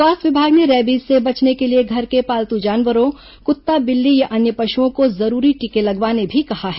स्वास्थ्य विभाग ने रेबीज से बचने के लिए घर के पालतू जानवरों कुत्ता बिल्ली या अन्य पशुओं को जरूरी टीका लगवाने भी कहा है